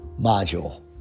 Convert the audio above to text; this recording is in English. module